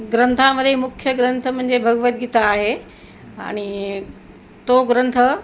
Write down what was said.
ग्रंथामध्ये मुख्य ग्रंथ म्हणजे भगवद्गीता आहे आणि तो ग्रंथ